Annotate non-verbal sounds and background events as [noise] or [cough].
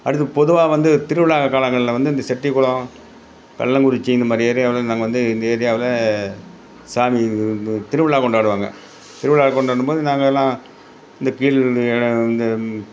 அடுத்து பொதுவாக வந்து திருவிழா காலங்களில் வந்து இந்த செட்டிக்குளம் கல்லக்குறிச்சி இந்த மாதிரி ஏரியாவில் நாங்கள் வந்து இந்த ஏரியாவில் சாமி வந்து திருவிழா கொண்டாடுவாங்க திருவிழா கொண்டாடும் போது நாங்கள் எல்லாம் இந்த [unintelligible] இந்த